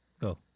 Go